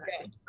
Okay